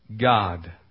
God